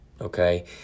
okay